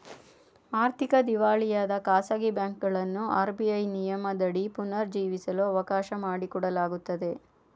ಆರ್ಥಿಕ ದಿವಾಳಿಯಾದ ಖಾಸಗಿ ಬ್ಯಾಂಕುಗಳನ್ನು ಆರ್.ಬಿ.ಐ ನಿಯಮದಡಿ ಪುನರ್ ಜೀವಿಸಲು ಅವಕಾಶ ಮಾಡಿಕೊಡಲಾಗುತ್ತದೆ